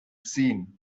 seen